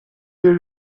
wear